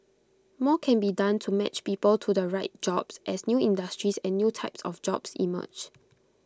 more can be done to match people to the right jobs as new industries and new types of jobs emerge